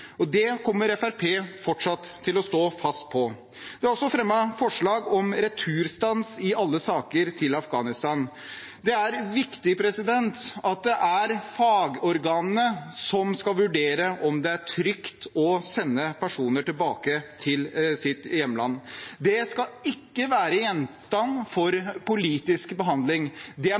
Det kommer Fremskrittspartiet fortsatt til å stå fast på. Det er også fremmet forslag om returstans til Afghanistan i alle saker. Det er viktig at det er fagorganene som skal vurdere om det er trygt å sende personer tilbake til sitt hjemland. Det skal ikke være gjenstand for politisk behandling. Det er